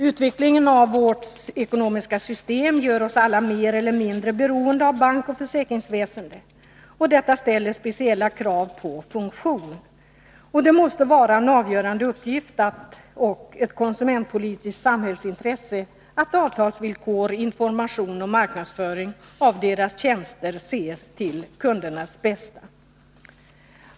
Utvecklingen av vårt ekonomiska system gör oss alla mer eller mindre beroende av bankoch försäkringsväsende. Detta ställer speciella krav på funktion. Det måste vara en avgörande uppgift och ett konsumentpolitiskt samhällsintresse att avtalsvillkor, information och marknadsföring av deras tjänster sér till kundernas bästa.